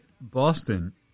Boston